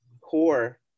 core